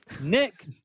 Nick